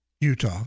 Utah